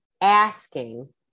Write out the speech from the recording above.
asking